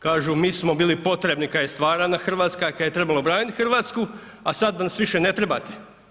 Kažu mi smo bili potrebni kad je stvarana Hrvatska, kad je trebalo braniti Hrvatsku, a sad nas više ne trebate.